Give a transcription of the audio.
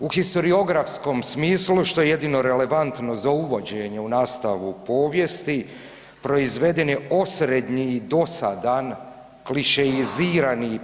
U historiografskom smislu što je jedino relevantno za uvođenje u nastavu povijesti proizveden je osrednji i dosadan klišeizirani i